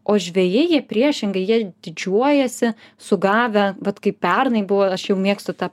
o žvejai jie priešingai jie didžiuojasi sugavę vat kai pernai buvo aš jau mėgstu tą